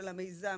של המיזם,